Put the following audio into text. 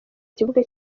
kibuga